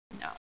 No